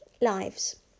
lives